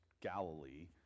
Galilee